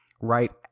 right